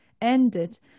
ended